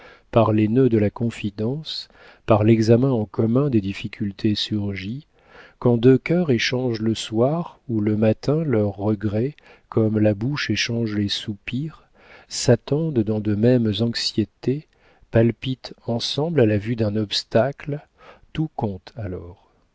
par les nœuds de la confidence par l'examen en commun des difficultés surgies quand deux cœurs échangent le soir ou le matin leurs regrets comme la bouche échange les soupirs s'attendent dans de mêmes anxiétés palpitent ensemble à la vue d'un obstacle tout compte alors